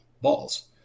balls